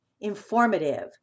informative